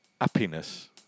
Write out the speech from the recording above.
happiness